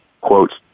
quotes